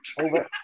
Over